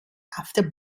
after